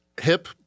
Hip